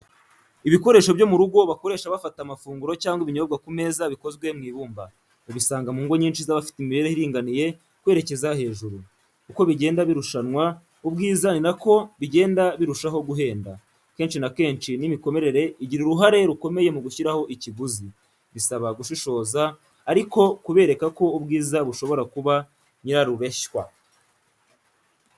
Ibikoresho byo mu rugo bakoresha bafata amafunguro cyangwa ibinyobwa ku meza bikozwe mu ibumba, ubisanga mu ngo nyinshi z'abafite imibereho iringaniye kwerekeza hejuru. Uko bigenda birushanwa ubwiza ni na ko bigenda birushaho guhenda. Kenshi na kenshi n'imikomerere igira uruhare rukomeye mu gushyiraho ikiguzi. Bisaba gushishoza ariko kubereka ko ubwiza bushobora kuba nyirarureshywa.